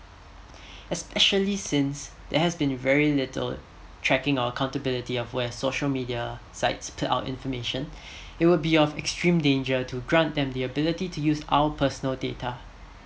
especially since there has been very little tracking our accountability of where social media sites put our information it will be of extreme danger to grant them the ability to use our personal data